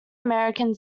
american